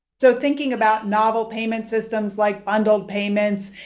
so thinking about novel payment systems like bundled payments,